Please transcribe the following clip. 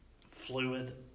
fluid